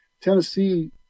Tennessee